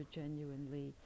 genuinely